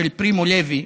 של פרימו לוי